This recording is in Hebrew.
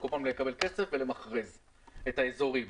כל פעם לקבל כסף ולמכרז את האזורים.